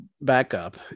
backup